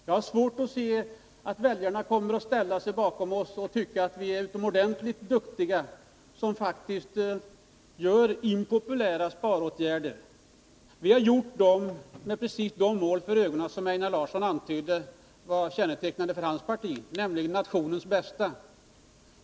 Jag har svårt att se att väljarna kommer att ställa sig bakom oss och tycka att vi är utomordentligt duktiga, eftersom vi faktiskt vill vidta impopulära sparåtgärder. Vi har satt upp sparmålen med precis den avsikt för ögonen som Einar Larsson antydde var kännetecknande för hans parti, nämligen nationens bästa.